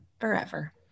forever